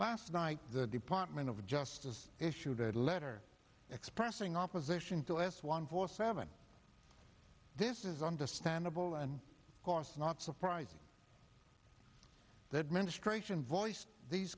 last night the department of justice issued a letter expressing opposition to s one four seven this is understandable and of course not surprising that ministration voiced these